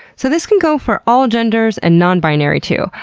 so, this can go for all genders and non-binary, too.